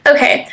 Okay